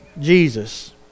Jesus